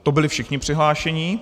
To byli všichni přihlášení.